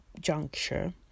juncture